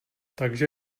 takže